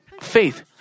faith